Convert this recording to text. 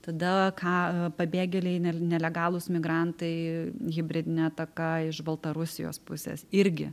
tada ką pabėgėliai nel nelegalūs migrantai hibridinė ataka iš baltarusijos pusės irgi